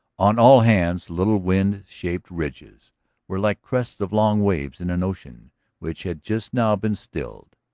on all hands little wind-shaped ridges were like crests of long waves in an ocean which had just now been stilled,